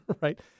Right